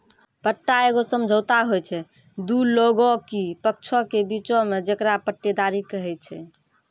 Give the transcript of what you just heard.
पट्टा एगो समझौता होय छै दु लोगो आकि पक्षों के बीचो मे जेकरा पट्टेदारी कही छै